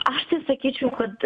aš tai sakyčiau kad